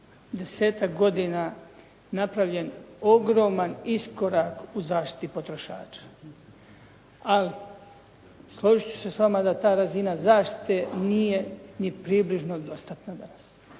desetak godina napravljen ogroman iskorak u zaštiti potrošača. Ali složit ću se s vama da ta razina zaštite nije ni približno dostatna danas,